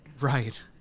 Right